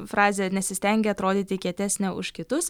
frazę nesistengia atrodyti kietesnė už kitus